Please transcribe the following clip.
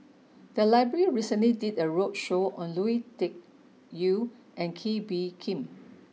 the library recently did a roadshow on Lui Tuck Yew and Kee Bee Khim